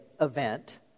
event